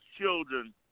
children